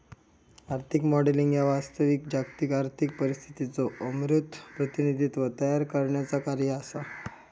आर्थिक मॉडेलिंग ह्या वास्तविक जागतिक आर्थिक परिस्थितीचो अमूर्त प्रतिनिधित्व तयार करण्याचा कार्य असा